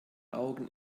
augen